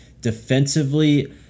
Defensively